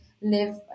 live